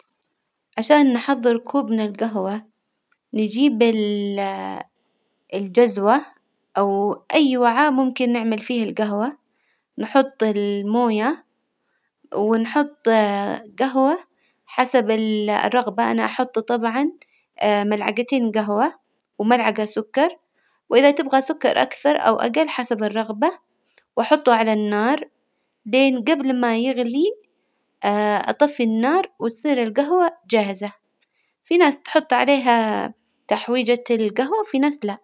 عشان نحضر كوب من الجهوة نجيب ال الجزوة أو أي وعاء ممكن نعمل فيه الجهوة، نحط الموية ونحط جهوة حسب ال- الرغبة، أنا أحط طبعا ملعجتين جهوة وملعجة سكر، وإذا تبغى سكر أكثر أو أجل حسب الرغبة، وأحطه على النار لين جبل ما يغلي أطفي النار وتصير الجهوة جاهزة، في ناس تحط عليها تحويجة الجهوة وفي ناس لا.